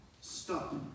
Stop